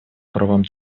правам